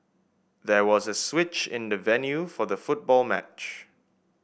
there was a switch in the venue for the football match